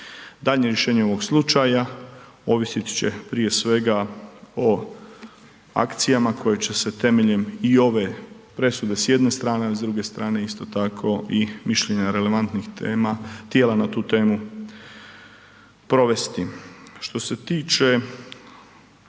Daljnje rješenje ovog slučaja ovisit će prije svega o akcijama koje će se temeljem i ove presude s jedne strane, a s druge strane isto tako i mišljenja relevantnih tijela na tu temu provesti. Što se tiče